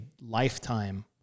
lifetime